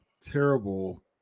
terrible